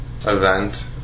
event